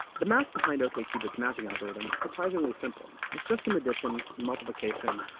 the math behind okcupid's matching algorithm is surprisingly simple. it's just some addition, multiplication,